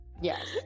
yes